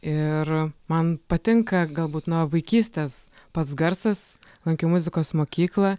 ir man patinka galbūt nuo vaikystės pats garsas lankiau muzikos mokyklą